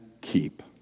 keep